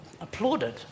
applauded